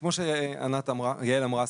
כמו שיעל אמרה,